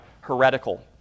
heretical